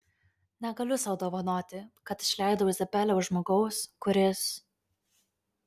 negaliu sau dovanoti kad išleidau izabelę už žmogaus kuris